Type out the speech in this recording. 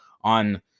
on